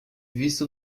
visto